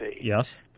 Yes